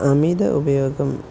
അമിത ഉപയോഗം